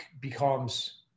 becomes